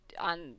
on